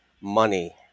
money